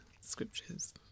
scriptures